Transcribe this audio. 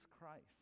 Christ